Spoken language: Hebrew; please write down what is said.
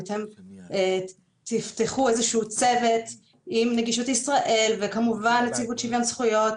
אם תפתחו איזשהו צוות עם נגישות ישראל ונציבות שוויון הזכויות,